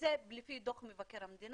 וזה לפי דוח מבקר המדינה.